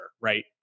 right